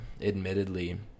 admittedly